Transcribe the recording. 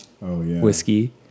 whiskey